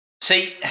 See